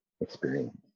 experience